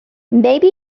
maybe